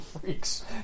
freaks